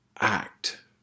act